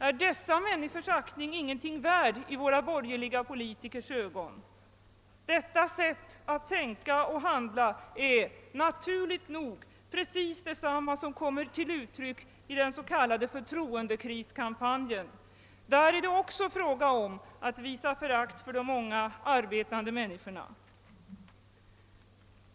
är dessa människors aktning ingenting värd i våra borgerliga politikers ögon? Detta sätt att tänka och handla är, naturligt nog, precis detsamma som det som kommer till uttryck i den s.k. förtroendekriskampanjen. Där är det också fråga om att visa förakt för de många arbetande människorna.